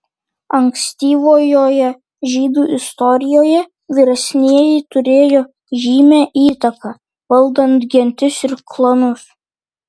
ankstyvojoje žydų istorijoje vyresnieji turėjo žymią įtaką valdant gentis ir klanus